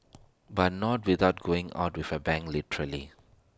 but not without going out with A bang literally